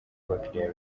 abakiriya